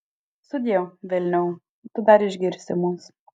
sudieu vilniau tu dar išgirsi mus